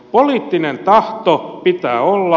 poliittinen tahto pitää olla